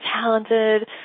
talented